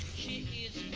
he